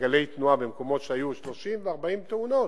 מעגלי תנועה, מקומות שהיו בהם 30 ו-40 תאונות,